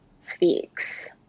fix